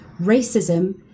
racism